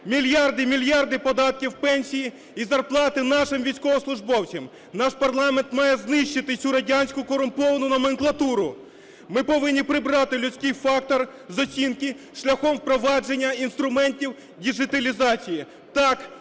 мільярди, мільярди податків, пенсії і зарплати нашим військовослужбовцям. Наш парламент має знищити цю радянську корумповану номенклатуру. Ми повинні прибрати людський фактор з оцінки шляхом впровадження інструментів діджиталізації.